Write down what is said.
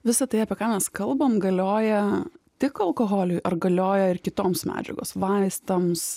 visa tai apie ką mes kalbam galioja tik alkoholiui ar galioja ir kitoms medžiagos vaistams